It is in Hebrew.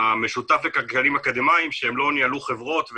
המשותף לכלכלנים אקדמאים שהם לא ניהלו חברות,